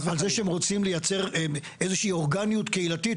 על זה שהם רוצים לייצר איזושהי אורגניות קהילתית?